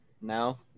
no